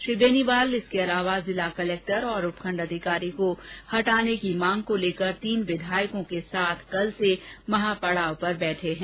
श्री बेनीवाल इसके अलावा जिला कलेक्टर और उपखंड अधिकारी को हटाने की मांग को लेकर तीन विधायकों के साथ कल से महापडाव पर बैठे हैं